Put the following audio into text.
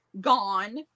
gone